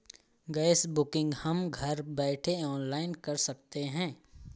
gas booking हम घर बैठे ऑनलाइन कर सकते है